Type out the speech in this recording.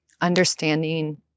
understanding